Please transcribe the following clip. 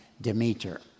Demeter